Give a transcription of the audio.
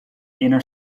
inner